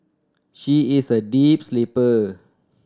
she is a deep sleeper